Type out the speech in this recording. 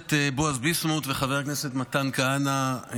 הכנסת בועז ביסמוט וחבר הכנסת מתן כהנא,